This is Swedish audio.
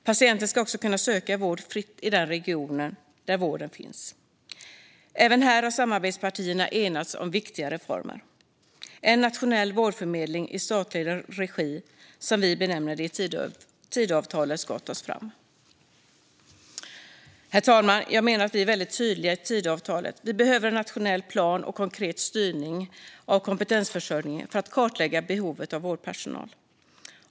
Patienten ska också kunna söka vård fritt i den region där vården finns. Även här har samarbetspartierna enats om viktiga reformer. En nationell vårdförmedling i statlig regi, som vi benämner det i Tidöavtalet, ska tas fram. Herr talman! Jag menar att vi är väldigt tydliga i Tidöavtalet. Vi behöver en nationell plan och konkret styrning av kompetensförsörjningen för att kartlägga behovet av vårdpersonal.